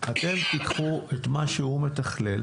אתם תיקחו את מה שהוא מתכלל,